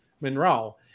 Monroe